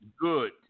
good